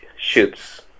shoots